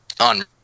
On